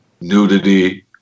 nudity